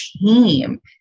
team